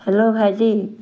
hello ভাইটি